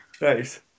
Nice